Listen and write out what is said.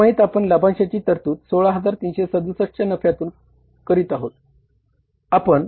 या तिमाहीत आपण लाभांशांची तरतूद 16367 च्या नफ्यातून येथे करीत आहोत